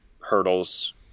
hurdles